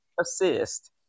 assist